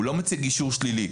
הוא לא מציג אישור שלילי,